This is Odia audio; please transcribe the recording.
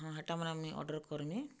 ହଁ ହେଟାମାନେ ମୁଇଁ ଅର୍ଡ଼ର୍ କର୍ମି